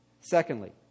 Secondly